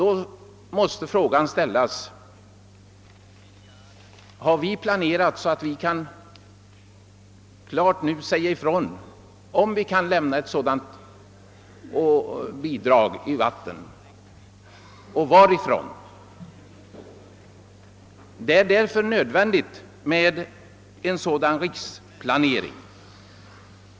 Då måste denna fråga ställas: Har vi planerat så, att vi nu klart kan säga ifrån, om vi kan lämna ett sådant vattenbidrag och i så fall varifrån? Det är därför nödvändigt med en riksplanering.